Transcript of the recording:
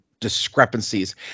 discrepancies